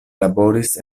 laboris